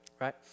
Right